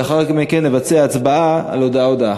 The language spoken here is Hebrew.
ולאחר מכן נבצע הצבעה על הודעה-הודעה.